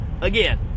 again